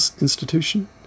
institution